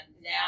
now